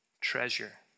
treasure